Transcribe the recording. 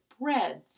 breads